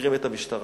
את המשטרה,